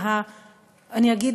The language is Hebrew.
ואני אגיד,